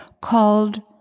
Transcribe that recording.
called